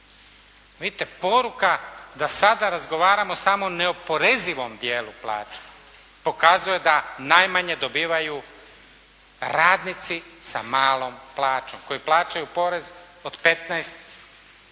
Vidite poruka da sada razgovaramo samo o neoporezivom dijelu plaće pokazuje da najmanje dobivaju radnici sa malom plaćom koji plaćaju porez od 15%.